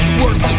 worse